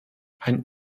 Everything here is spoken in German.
ein